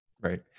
Right